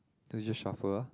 then you just shuffle ah